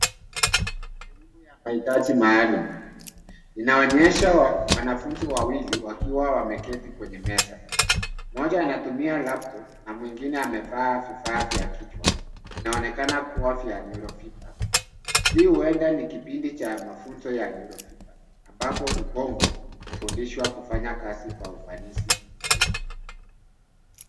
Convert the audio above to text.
Elimu ya maitaji maalum. Inaonyesha wanafunzi wawili wakiwa wameketi kwenye meza. Mmoja anatumia (cs) Laptop (cs) na mwingine amevaa vifaa vya kichwa, vinaonekana kuwa vya (cs) Neuro fever(cs).Hii huenda ni kipindi cha mafunzo ya (cs)neuro fever(cs) ambapo ubongo hufundishwa kufanya kazi kwa ufanisi zaidi.